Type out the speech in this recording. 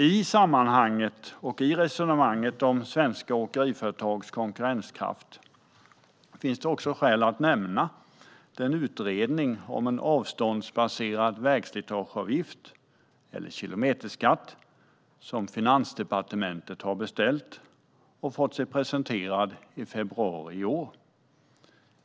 I sammanhanget och resonemanget om svenska åkeriföretags konkurrenskraft finns det skäl att nämna den utredning om en avståndsbaserad vägslitageavgift eller kilometerskatt som Finansdepartementet har beställt och fick sig presenterad i februari i år.